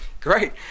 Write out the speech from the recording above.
Great